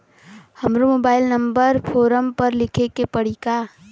हमरो mobile number form पर लिखे के पड़ी का?